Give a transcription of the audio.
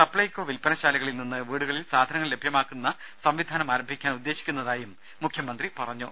സപ്ലൈകോ വിൽപ്പനശാലകളിൽ നിന്ന് വീടുകളിൽ സാധനങ്ങൾ ലഭ്യമാക്കുന്ന സംവിധാനം ആരംഭിക്കാൻ ഉദ്ദേശിക്കുന്നതായും മുഖ്യമന്ത്രി പറഞ്ഞു